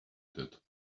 did